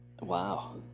Wow